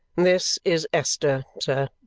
this is esther, sir.